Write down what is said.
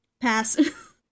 Pass